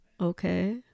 Okay